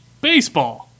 baseball